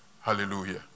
Hallelujah